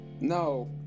no